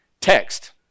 text